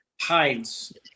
hides